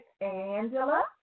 Angela